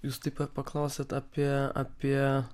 jūs taip pat paklausėt apie apie